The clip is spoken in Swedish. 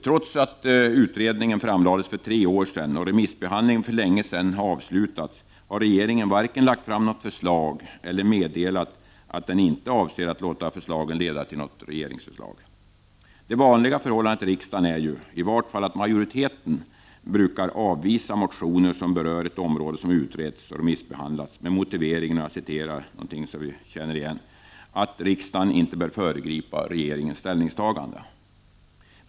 Trots att utredningen framlades för tre år sedan och remissbehandlingen för länge sedan avslutats, har regeringen varken lagt fram något förslag eller meddelat att den inte avser att låta förslagen leda till något regeringsförslag. Det vanliga förhållandet i riksdagen är ju att i vart fall majoriteten brukar avvisa motioner som berör ett område som har utretts och remissbehandlats, med motiveringen — som vi känner igen — ”att riksdagen inte bör föregripa regeringens ställningstagande”.